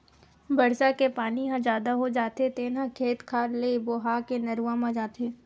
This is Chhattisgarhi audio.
बरसा के पानी ह जादा हो जाथे तेन ह खेत खार ले बोहा के नरूवा म जाथे